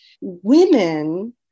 women